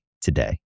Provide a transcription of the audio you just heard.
today